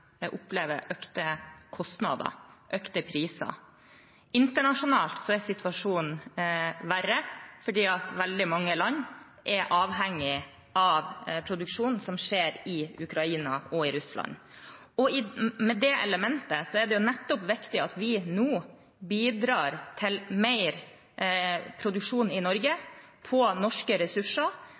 økte kostnader, altså økte priser. Internasjonalt er situasjonen verre, for veldig mange land er avhengig av produksjon som skjer i Ukraina og Russland. Med det elementet er det viktig at vi nå bidrar til mer produksjon i Norge, på norske ressurser.